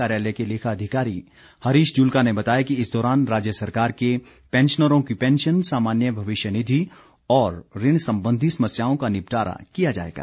कार्यालय के लेखा अधिकारी हरीश जुल्का ने बताया कि इस दौरान राज्य सरकार के पैंशनरों की पैंशन सामान्य भविष्य निधि और ऋण संबंधी समस्याओं का निपटारा किया जाएगा